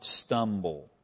stumble